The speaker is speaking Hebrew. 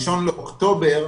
בתחילת אוקטובר